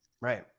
Right